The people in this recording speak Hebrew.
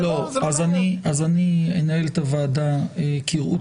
זה לא --- אני אנהל את הוועדה כראות